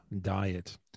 diet